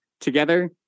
Together